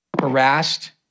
Harassed